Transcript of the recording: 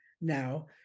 now